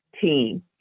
Team